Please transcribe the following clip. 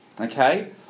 Okay